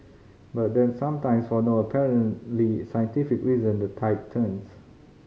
but then sometimes for no apparently scientific reason the tide turns